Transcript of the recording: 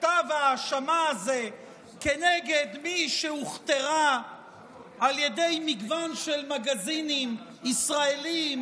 כתב ההאשמה הזה כנגד מי שהוכתרה על ידי מגוון של מגזינים ישראליים